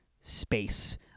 space